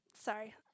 sorry